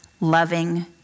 loving